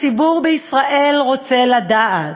הציבור בישראל רוצה לדעת.